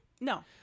No